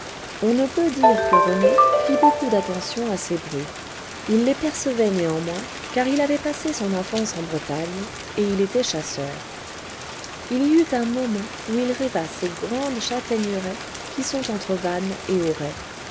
on ne peut dire que rené fît beaucoup d'attention à ces bruits il les percevait néanmoins car il avait passé son enfance en bretagne et il était chasseur il y eut un moment où il rêva ces grandes châtaigneraies qui sont entre vannes et